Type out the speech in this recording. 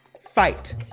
fight